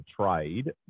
trade